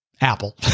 Apple